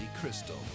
Crystal